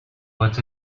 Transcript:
was